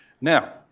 Now